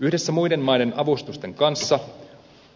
yhdessä muiden maiden avustusten kanssa